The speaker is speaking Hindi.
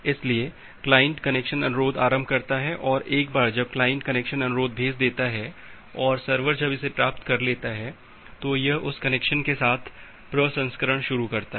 इसलिए क्लाइंट कनेक्शन अनुरोध आरंभ करता है और एक बार जब क्लाइंट कनेक्शन अनुरोध भेज देता है और सर्वर जब इसे प्राप्त कर लेता है तो यह उस कनेक्शन के साथ प्रसंस्करण शुरू करता है